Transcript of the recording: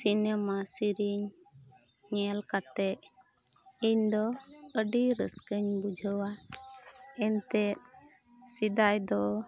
ᱥᱮᱱᱮᱢᱟ ᱥᱮᱨᱮᱧ ᱧᱮᱞ ᱠᱟᱛᱮ ᱤᱧ ᱫᱚ ᱟᱹᱰᱤ ᱨᱟᱹᱥᱠᱟᱹᱧ ᱵᱩᱡᱷᱟᱹᱣᱟ ᱮᱱᱛᱮᱫ ᱥᱮᱫᱟᱭ ᱫᱚ